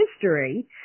history